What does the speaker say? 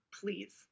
Please